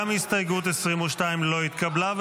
גם הסתייגות 22 לא התקבלה.